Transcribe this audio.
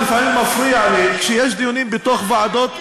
לי לפעמים מפריע כשיש דיונים בוועדות,